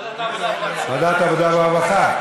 ועדת העבודה והרווחה.